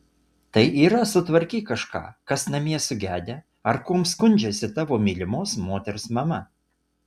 tai yra sutvarkyk kažką kas namie sugedę ar kuom skundžiasi tavo mylimos moters mama